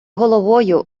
головою